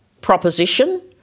proposition